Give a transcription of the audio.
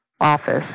office